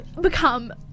become